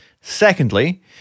Secondly